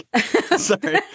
Sorry